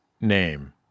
name